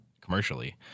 commercially